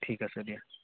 ঠিক আছে দিয়া